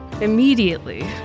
immediately